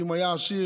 ואם הוא היה עשיר,